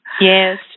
Yes